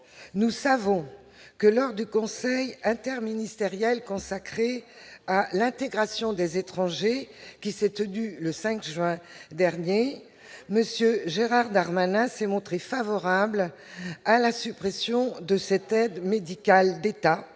Nous le savons, lors du conseil interministériel consacré à l'intégration des étrangers, qui s'est tenu le 5 juin dernier, M. Gérald Darmanin s'est montré favorable à la suppression de l'aide médicale de l'État,